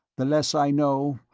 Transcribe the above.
the less i know,